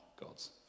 God's